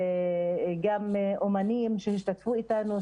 גם אומנים שהשתתפו איתנו,